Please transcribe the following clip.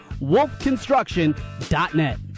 wolfconstruction.net